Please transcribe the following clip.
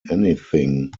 anything